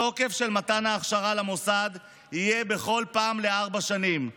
התוקף של מתן הכשרה למוסד יהיה לארבע שנים בכל פעם,